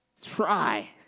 Try